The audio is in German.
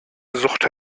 sucht